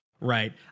right